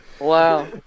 Wow